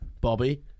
Bobby